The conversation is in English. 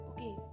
Okay